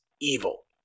evil